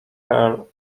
heir